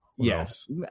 Yes